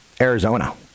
Arizona